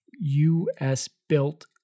U.S.-built